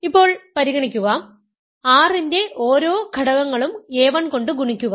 ഇപ്പോൾ പരിഗണിക്കുക R ന്റെ ഓരോ ഘടകങ്ങളും a 1 കൊണ്ട് ഗുണിക്കുക